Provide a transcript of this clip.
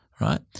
Right